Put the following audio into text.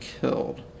killed